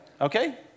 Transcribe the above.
Okay